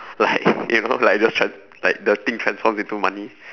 like you know like those tran~ like the thing transform into money